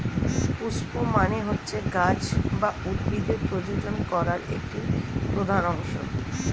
পুস্প মানে হচ্ছে গাছ বা উদ্ভিদের প্রজনন করা একটি প্রধান অংশ